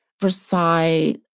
Versailles